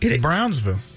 Brownsville